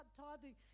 tithing